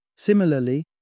Similarly